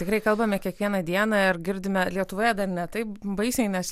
tikrai kalbame kiekvieną dieną ir girdime lietuvoje dar ne taip baisiai nes